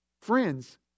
Friends